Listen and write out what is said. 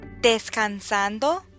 Descansando